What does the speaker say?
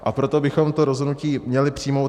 A proto bychom to rozhodnutí měli přijmout.